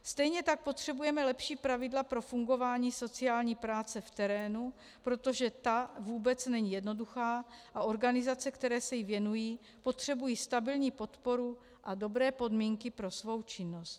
Stejně tak potřebujeme lepší pravidla pro fungování sociální práce v terénu, protože ta vůbec není jednoduchá a organizace, které se jí věnují, potřebují stabilní podporu a dobré podmínky pro svou činnost.